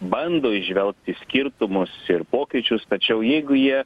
bando įžvelgti skirtumus ir pokyčius tačiau jeigu jie